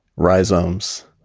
rhizomes